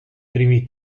primi